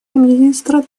министра